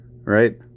Right